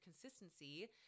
consistency